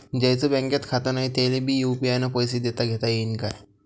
ज्याईचं बँकेत खातं नाय त्याईले बी यू.पी.आय न पैसे देताघेता येईन काय?